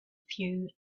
few